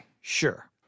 sure